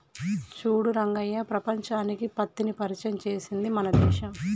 చూడు రంగయ్య ప్రపంచానికి పత్తిని పరిచయం చేసింది మన దేశం